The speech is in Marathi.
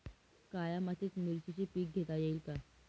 काळ्या मातीत मिरचीचे पीक घेता येईल का?